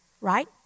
right